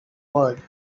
world